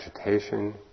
agitation